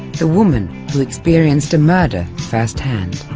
the woman who experienced a murder first-hand.